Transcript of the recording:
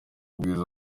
ubwiza